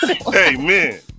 Amen